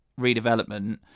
redevelopment